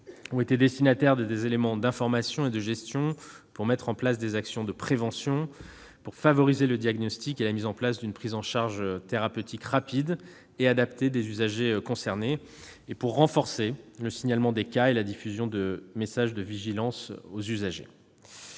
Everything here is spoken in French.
santé ont reçu les éléments d'information et de gestion leur permettant de mettre en place des actions de prévention, de favoriser le diagnostic et la mise en place d'une prise en charge thérapeutique rapide et adaptée des usagers concernés, de renforcer le signalement des cas et la diffusion de messages de vigilance aux usagers.